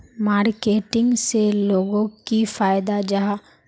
Marketing से लोगोक की फायदा जाहा?